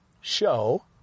show